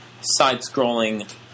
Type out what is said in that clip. side-scrolling